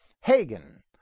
Hagen